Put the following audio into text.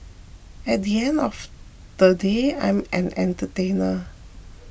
at the end of they day I'm an entertainer